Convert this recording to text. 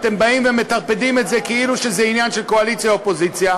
אתם באים ומטרפדים את זה כאילו שזה עניין של קואליציה אופוזיציה?